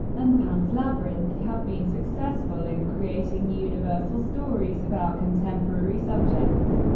and pan's labyrinth have been successful in creating universal stories about contemporary subjects,